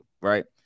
right